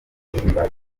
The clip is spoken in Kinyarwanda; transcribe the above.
ihimbaza